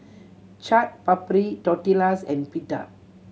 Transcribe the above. Chaat Papri Tortillas and Pita